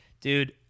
Dude